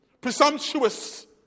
presumptuous